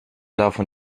davon